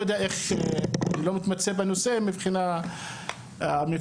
אני לא מתמצא בנושא מבחינה מקצועית